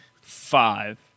Five